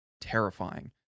terrifying